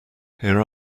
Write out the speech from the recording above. here